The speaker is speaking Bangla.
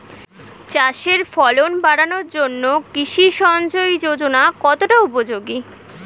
চাষের ফলন বাড়ানোর জন্য কৃষি সিঞ্চয়ী যোজনা কতটা উপযোগী?